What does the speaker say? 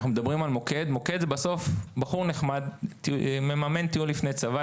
אנחנו מדברים על מוקד מוקד בסוף זה בחור נחמד שמממן טיול לפני צבא,